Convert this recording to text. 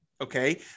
Okay